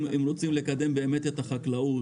אם רוצים לקדם באמת את החקלאות